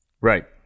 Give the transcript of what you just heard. Right